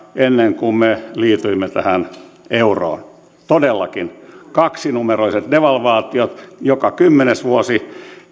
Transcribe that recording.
ennen kuin me liityimme tähän euroon todellakin kaksinumeroiset devalvaatiot joka kymmenes vuosi